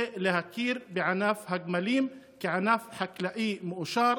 זה להכיר בענף הגמלים כענף חקלאי מאושר.